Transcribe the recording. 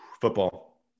Football